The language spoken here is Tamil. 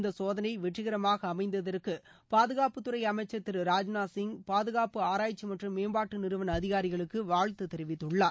இந்த சோதனை வெற்றிகரமாக அமைந்ததற்கு பாதுகாப்புத் துறை அமைச்சர் திரு ராஜ்நாத் சிங் பாதுகாப்பு ஆராய்ச்சி மற்றும் மேம்பாட்டு நிறுவன அதிகாரிகளுக்கு வாழ்தது தெரிவித்துள்ளார்